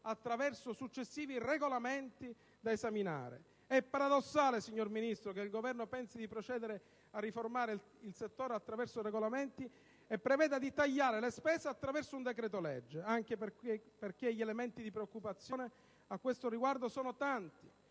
attraverso successivi regolamenti da emanare. È paradossale, signor Ministro, che il Governo pensi di procedere a riformare il settore attraverso regolamenti e preveda di tagliare le spese attraverso un decreto-legge. Anche perché gli elementi di preoccupazione, a questo riguardo, sono tanti.